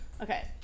okay